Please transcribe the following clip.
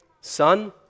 Son